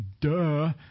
duh